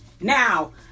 Now